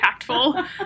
impactful